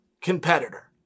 competitor